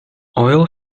oil